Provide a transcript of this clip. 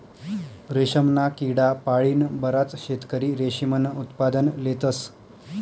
रेशमना किडा पाळीन बराच शेतकरी रेशीमनं उत्पादन लेतस